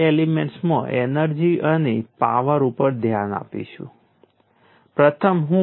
અને જ્યાં સુધી એનર્જીનો સવાલ છે ત્યાં સુધી આપણે એક જ વાત કહીશું